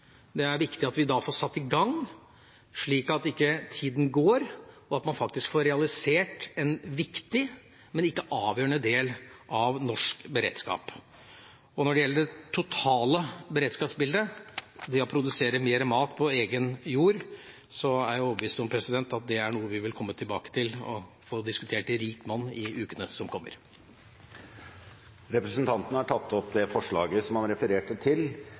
Det er viktig at vi da får satt i gang, slik at ikke tida går, og slik at en faktisk får realisert en viktig, men ikke avgjørende, del av norsk beredskap. Når det gjelder det totale beredskapsbildet, om det å produsere mer mat på egen jord, er jeg overbevist om at det er noe vi vil komme tilbake til og få diskutert i rikt monn i ukene som kommer. Representanten Knut Storberget har tatt opp det forslaget han refererte til.